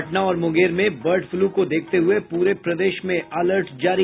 पटना और मुंगेर में bird flu को देखते हुए पूरे प्रदेश में अलर्ट जारी